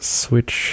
switch